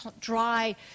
dry